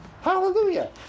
Hallelujah